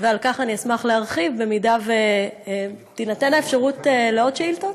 ועל כך אני אשמח להרחיב במידה שתינתן האפשרות לעוד שאילתות,